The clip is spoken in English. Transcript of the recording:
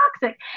toxic